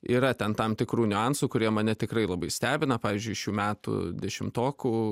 yra ten tam tikrų niuansų kurie mane tikrai labai stebina pavyzdžiui šių metų dešimtokų